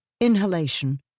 inhalation